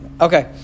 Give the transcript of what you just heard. Okay